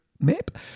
map